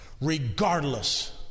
regardless